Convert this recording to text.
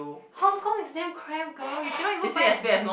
Hong-Kong is damn cramp girl you cannot even buy a